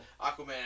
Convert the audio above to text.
Aquaman